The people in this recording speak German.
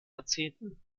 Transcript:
jahrzehnten